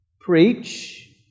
preach